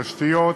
תשתיות,